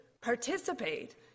participate